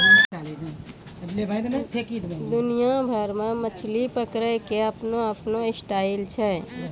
दुनिया भर मॅ मछली पकड़ै के आपनो आपनो स्टाइल छै